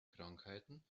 krankheiten